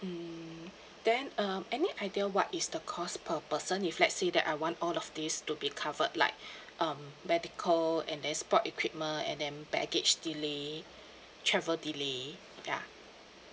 mm then um any idea what is the cost per person if let's say that I want all of these to be covered like um medical and then sport equipment and then baggage delay travel delay yeah